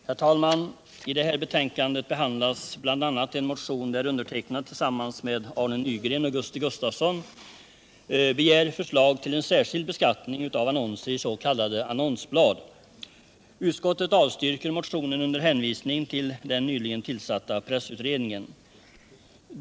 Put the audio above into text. Herr talman! I det här betänkandet behandlas bl.a. en motion där undertecknad tillsammans med Arne Nygren och Gusti Gustavsson begär förslag till en särskild beskattning av annonser i s.k. annonsblad. Utskottet avstyrker motionen under hänvisning till den nyligen tillsatta pressutredningen.